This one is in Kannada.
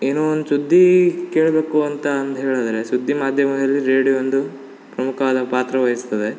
ಏನೋ ಒಂದು ಸುದ್ದಿ ಕೇಳಬೇಕು ಅಂತ ಅಂದು ಹೇಳಿದರೆ ಸುದ್ದಿ ಮಾಧ್ಯಮದಲ್ಲಿ ರೇಡಿಯೋ ಒಂದು ಪ್ರಮುಖವಾದ ಪಾತ್ರವಯಿಸ್ತದೆ